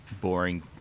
boring